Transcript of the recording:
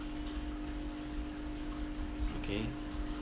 okay